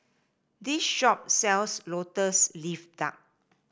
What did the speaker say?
this shop sells lotus leaf duck